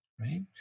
right